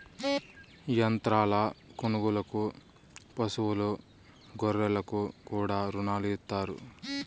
యంత్రాల కొనుగోలుకు పశువులు గొర్రెలకు కూడా రుణాలు ఇత్తారు